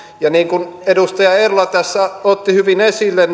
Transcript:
ja niin kuin edustaja eerola tässä otti hyvin esille